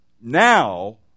Now